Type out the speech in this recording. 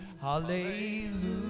hallelujah